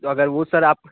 तो अगर वह सर आप